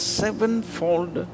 sevenfold